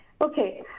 Okay